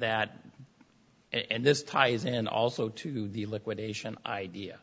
that and this ties and also to the liquidation idea